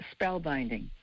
spellbinding